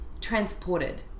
transported